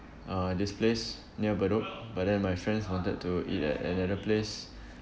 uh this place near bedok but then my friends wanted to eat at another place